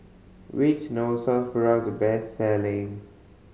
which Novosource product best selling